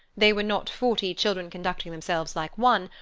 they were not forty children conducting themselves like one,